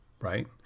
right